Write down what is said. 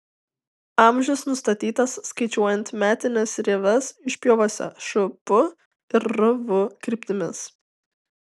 amžius nustatytas skaičiuojant metines rieves išpjovose š p ir r v kryptimis